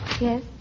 Yes